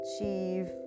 achieve